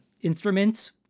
instruments